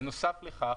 בנוסף לכך,